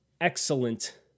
excellent